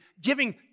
giving